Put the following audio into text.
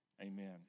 amen